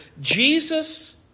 Jesus